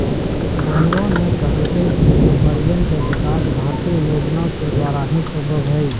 मोहनवा ने कहल कई कि व्यापारियन के विकास भारतीय योजना के द्वारा ही संभव हई